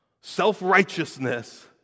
self-righteousness